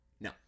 No